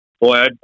boy